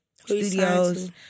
studios